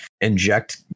inject